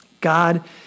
God